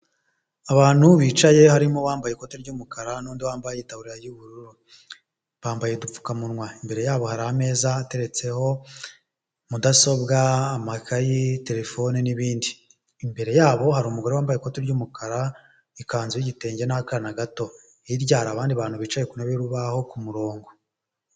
Abantu bicaye harimo abambaye ikoti ry'umukara, n'undi wambaye itaburiya y'ubururu, bambaye udupfukamunwa, imbere yabo hari ameza ateretseho mudasobwa, amakayi, terefone, n'ibindi, imbere yabo hari umugore wambaye ikoti ry'umukara, ikanzu y'igitenge n'akana gato, hirya hari abandi bantu bicaye ku ntebe'urubaho ku murongo.